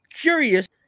curious